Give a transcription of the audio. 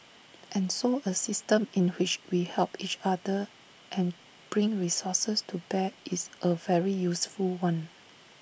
and so A system in which we help each other and bring resources to bear is A very useful one